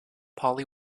polly